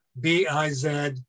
B-I-Z